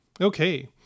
Okay